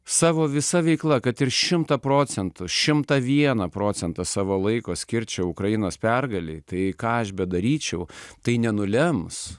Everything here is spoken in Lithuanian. savo visa veikla kad ir šimtą procentų šimtą vieną procentą savo laiko skirčiau ukrainos pergalei tai ką aš bedaryčiau tai nenulems